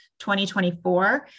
2024